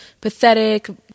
pathetic